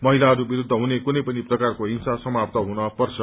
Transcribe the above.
महिताहरू विस्त्र हुने कुनै पनि प्रकारको हिंसा समाप्त हुनपर्छ